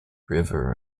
river